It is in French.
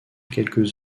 quelques